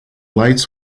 lights